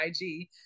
ig